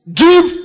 give